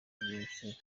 byinshi